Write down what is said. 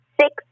Six